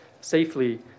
safely